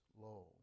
Lo